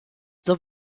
the